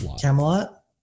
Camelot